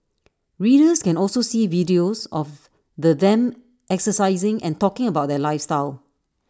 readers can also see videos of the them exercising and talking about their lifestyle